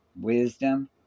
wisdom